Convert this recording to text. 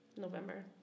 November